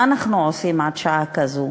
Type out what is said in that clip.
מה אנחנו עושים עד שעה כזו,